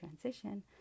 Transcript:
transition